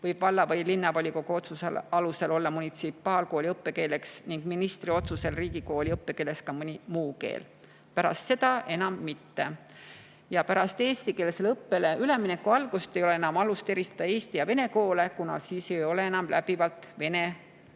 võib valla‑ või linnavolikogu otsuse alusel olla munitsipaalkooli õppekeeleks ning ministri otsusel riigikooli õppekeeleks ka mõni muu keel, pärast seda enam mitte. Pärast eestikeelsele õppele ülemineku algust ei ole enam alust eristada eesti ja vene koole, kuna siis ei ole enam läbivalt vene